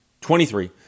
Twenty-three